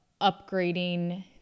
upgrading